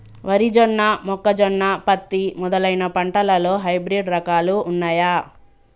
వరి జొన్న మొక్కజొన్న పత్తి మొదలైన పంటలలో హైబ్రిడ్ రకాలు ఉన్నయా?